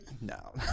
no